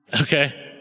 Okay